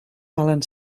valen